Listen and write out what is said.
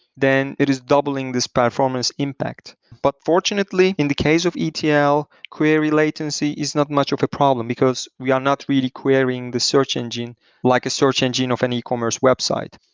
then it is doubling this performance impact. but fortunately, in the case of etl, query latency is not much of a problem, because we are not really querying the search engine like a search engine of an ecommerce website.